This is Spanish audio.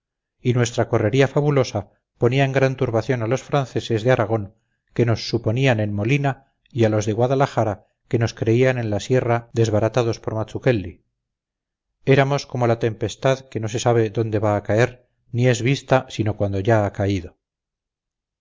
y nuestra correría fabulosa ponía en gran turbación a los franceses de aragón que nos suponían en molina y a los de guadalajara que nos creían en la sierra desbaratados por mazuquelli éramos como la tempestad que no se sabe dónde va a caer ni es vista sino cuando ya ha caído